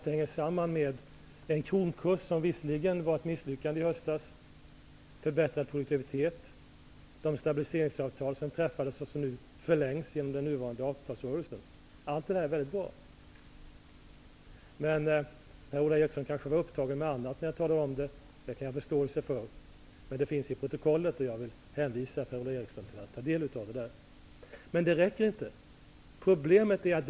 Det hänger samman med utvecklingen av kronans kurs, där det visserligen var ett misslyckande i höstas, med förbättrad produktivitet och med de stabiliseringsavtal som träffades och som förlängs i den nuvarande avtalsrörelsen. Allt det där är väldigt bra. Per-Ola Eriksson kanske var upptagen med annat när jag talade om det. Det kan jag ha förståelse för. Men jag hänvisar till protokollet, där Per-Ola Eriksson kan ta del av det. Problemet är att det här inte räcker.